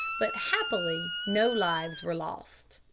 but happily no lives were lost.